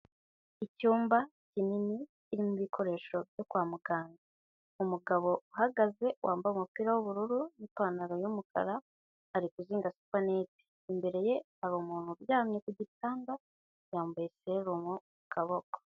Icyumba kinini kirimo ibikoresho byo kwa muganga, umugabo uhagaze wambaye umupira w'ubururu n'ipantaro y'umukara ari kuzinga supanete, imbere ye hari umuntu uryamye ku gitanda yambaye serumu ku kaboko.